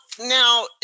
now